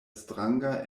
stranga